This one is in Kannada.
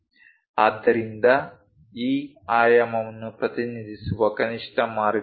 ಆದ್ದರಿಂದ ಈ ಆಯಾಮವನ್ನು ಪ್ರತಿನಿಧಿಸುವ ಕನಿಷ್ಠ ಮಾರ್ಗ ಇದು